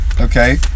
okay